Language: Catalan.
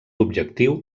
objectiu